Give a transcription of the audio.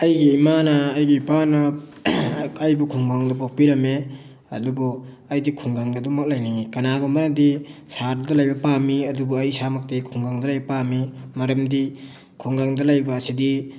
ꯑꯩꯒꯤ ꯏꯃꯥꯅ ꯑꯩꯒꯤ ꯏꯄꯥꯅ ꯑꯩꯕꯨ ꯈꯨꯡꯒꯪꯗ ꯄꯣꯛꯄꯤꯔꯝꯃꯦ ꯑꯗꯨꯕꯨ ꯑꯩꯗꯤ ꯈꯨꯡꯒꯪꯗ ꯑꯗꯨꯝꯃꯛ ꯂꯩꯅꯤꯡꯉꯤ ꯀꯅꯥꯒꯨꯝꯕꯅꯗꯤ ꯁꯍꯔꯗ ꯂꯩꯕ ꯄꯥꯝꯃꯤ ꯑꯗꯨꯕꯨ ꯑꯩ ꯏꯁꯥꯃꯛꯇꯤ ꯈꯨꯡꯒꯪꯗ ꯂꯩꯕ ꯄꯥꯝꯃꯤ ꯃꯔꯝꯗꯤ ꯈꯨꯡꯒꯪꯗ ꯂꯩꯕ ꯑꯁꯤꯗꯤ